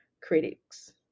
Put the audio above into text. critics